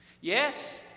Yes